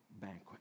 banquet